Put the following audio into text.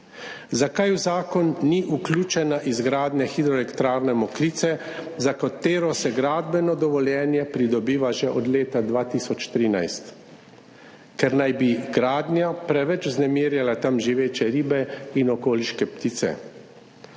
Zakaj v zakon ni vključena izgradnja hidroelektrarne Mokrice, za katero se gradbeno dovoljenje pridobiva že od leta 2013, ker naj bi gradnja preveč vznemirjala tam živeče ribe in okoliške ptice?